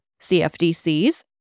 CFDCs